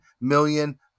million